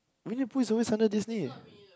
Winne-the-Pooh is always under Disney